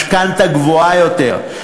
משכנתה גבוהה יותר,